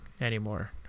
anymore